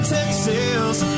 Texas